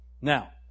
Now